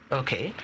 okay